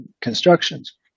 constructions